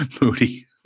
moody